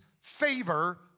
favor